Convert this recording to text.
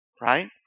right